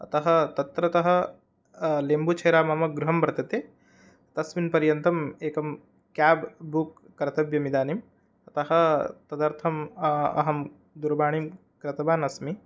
अतः तत्रतः लिम्बुचेरा मम गृहं वर्तते तस्मिन् पर्यन्तम् एकं केब् बुक् कर्तव्यम् इदानीम् अतः तदर्थं अहं दूरवाणीं कृतवान् अस्मि